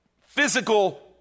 physical